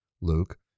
luke